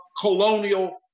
colonial